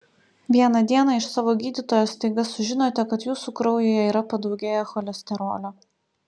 vieną dieną iš savo gydytojo staiga sužinote kad jūsų kraujyje yra padaugėję cholesterolio